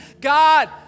God